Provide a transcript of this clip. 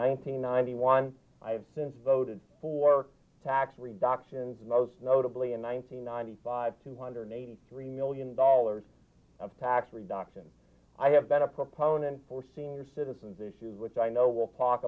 nineteen ninety one i have since voted for tax reductions most notably in one thousand nine hundred five two hundred eighty three million dollars of tax reduction i have been a proponent for senior citizens issues which i know we'll talk